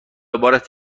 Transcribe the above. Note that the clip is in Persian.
عبارت